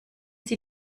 sie